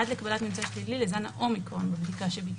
עד לקבלת ממצא שלילי לזן האומיקרון בבדיקה שביצע.